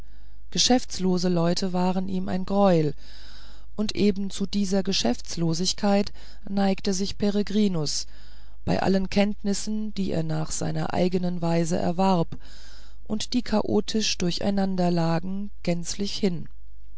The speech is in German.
geschäftslose leute waren ihm ein greuel und eben zu dieser geschäftslosigkeit neigte sich peregrinus bei allen kenntnissen die er nach seiner eigenen weise erwarb und die chaotisch durcheinanderlagen gänzlich hin